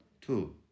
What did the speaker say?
two